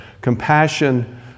compassion